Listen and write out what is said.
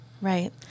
right